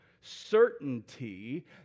certainty